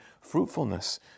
fruitfulness